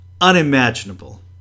unimaginable